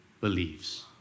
believes